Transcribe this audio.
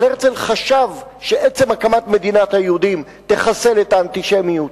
אבל הרצל חשב שעצם הקמת מדינת היהודים תחסל את האנטישמיות,